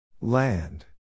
Land